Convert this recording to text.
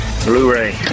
Blu-ray